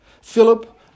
Philip